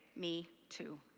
me too.